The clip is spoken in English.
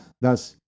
Thus